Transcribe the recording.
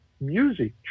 music